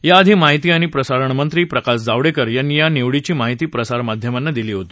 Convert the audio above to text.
या आधी माहिती आणि प्रसारणमक्तीप्रकाश जावडेकर यांची या निवडीची माहिती प्रसारमाध्यमात्ती दिली होती